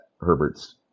Herbert's